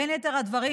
בין יתר הדברים,